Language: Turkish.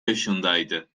yaşındaydı